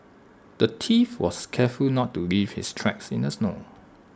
the thief was careful to not leave his tracks in the snow